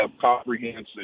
comprehensive